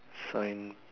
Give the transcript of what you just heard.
sign park